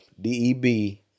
D-E-B